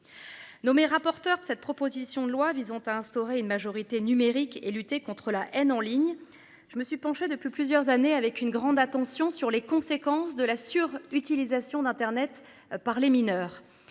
Nommée rapporteur de cette proposition de loi visant à instaurer une majorité numérique et lutter contre la haine en ligne. Je me suis penché depuis plusieurs années avec une grande attention sur les conséquences de la sur utilisation d'Internet par les mineurs.